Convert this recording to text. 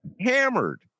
hammered